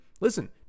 listen